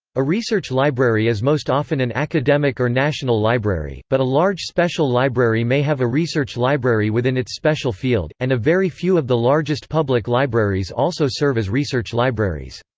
a research library is most often an academic or national library, but a large special library may have a research library within its special field, and a very few of the largest public libraries also serve as research libraries.